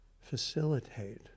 facilitate